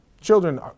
children